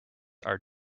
are